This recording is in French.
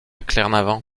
glenarvan